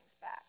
back